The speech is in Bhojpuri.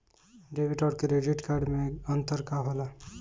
डेबिट और क्रेडिट कार्ड मे अंतर का होला?